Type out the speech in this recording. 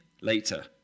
later